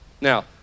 Now